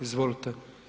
Izvolite.